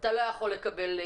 אתה לא יכול לקבל'.